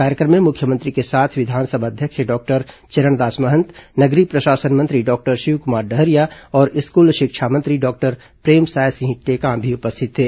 कार्यक्रम में मुख्यमंत्री के साथ विधानसभा अध्यक्ष डॉक्टर चरणदास महंत नगरीय प्रशासन मंत्री डॉक्टर शिवकुमार डहरिया और स्कूल शिक्षा मंत्री डॉक्टर प्रेमसाय सिंह टेकाम भी उपस्थित थे